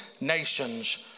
nations